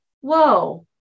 Whoa